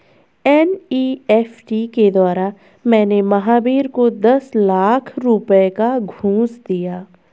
NEFT के द्वारा मैंने महावीर को दस लाख रुपए का घूंस दिया